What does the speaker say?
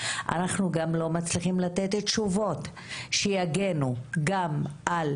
אנחנו גם לא מצליחים לתת תשובות שיגנו גם על